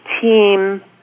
team